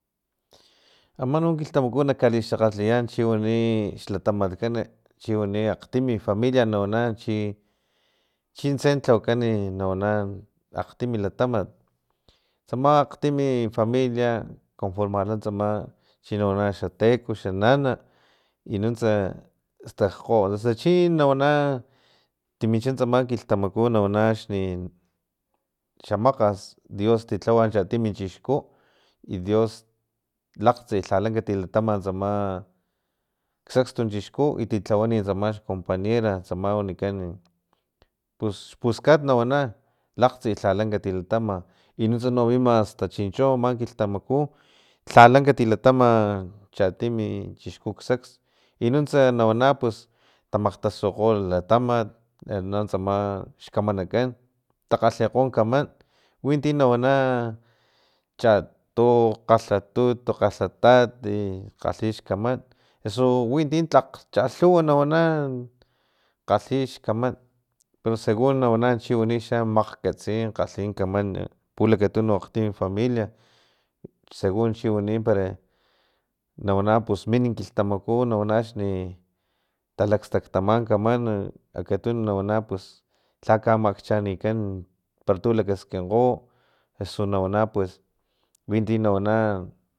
Ama no kilhtamaku na kalixakgatlyan chiwani xlatamatkan chiwani akgtimi familia nawana chi chintse tlawakan nawana akgtimi katamat tsama akgtimi familia conformarla tsama chinawana xateko xa nana i nuntsa tsakgo pusa chi nawana timincha tsama kilhtamaku nawana axni i xamakgas dios tilhawa chatimi chixku i dios lakgtsi lhala katilatama tsama xekstu chixku i tilhawani tsama xcompañera tsama wanikan puskat nawana laktsi lhala lanka lilatama i nuntsa no lama hasta chincho ama kilhtamaku lhala kati latama chatimi i chixku xekts i nuntsa nawana pus tamakgtasukgo latamat nanunts tsama xkamanakan takgalhekgo kaman witi na wana chato kgalhatut kgalhatat i lgalhix kaman eso wi ti tlak chalhuwa na wana kgalhix kaman pus segun na wana chiwani xa makgkatsi ti kgalhin kaman pulakatunu akgtim familia segun chiwani para nawana pus min kilhtamaku nawana axni takakstaktama kaman akatuno na wana pus lha kamakchanikan para tu lakaskinkgo eso na wana pues winti na wana